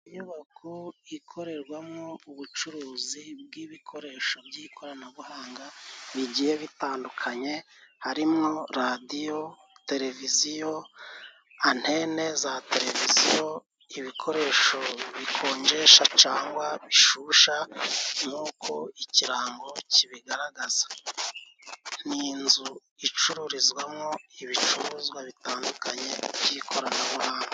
Inyubako ikorerwamo ubucuruzi bw'ibikoresho by'ikoranabuhanga bigiye bitandukanye harimo: radiyo, televiziyo, antene za televiziyo, ibikoresho bikonjesha cangwa bishusha nk'uko ikirango kibigaragaza. Ni inzu icururizwamo ibicuruzwa bitandukanye by'ikoranabuhanga.